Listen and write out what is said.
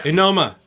Enoma